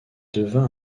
devint